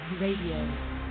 Radio